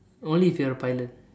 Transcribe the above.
only if you're a pilot